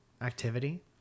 Activity